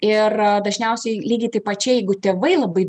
ir dažniausiai lygiai taip pačiai jeigu tėvai labai